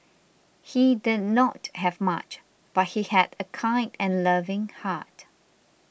he did not have much but he had a kind and loving heart